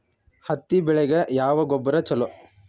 ಹತ್ತಿ ಬೆಳಿಗ ಯಾವ ಗೊಬ್ಬರ ಛಲೋ?